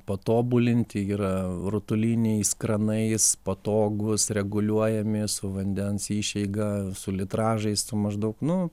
patobulinti yra rutuliniais kranais patogūs reguliuojami su vandens išeiga su litražais su maždaug nu